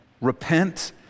Repent